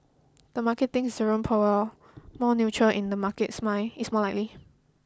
the market thinks Jerome Powell more neutral in the market's mind is more likely